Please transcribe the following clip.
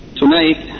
tonight